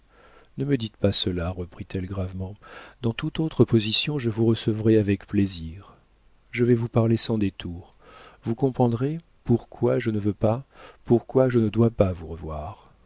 ne me dites pas cela reprit-elle gravement dans toute autre position je vous recevrais avec plaisir je vais vous parler sans détour vous comprendrez pourquoi je ne veux pas pourquoi je ne dois pas vous revoir